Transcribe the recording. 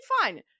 fine